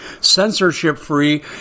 censorship-free